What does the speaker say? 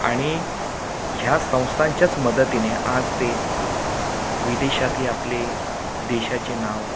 आणि ह्या संस्थांच्याच मदतीने आज ते विदेशातही आपले देशाचे नाव